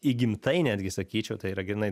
įgimtai netgi sakyčiau tai yra grynai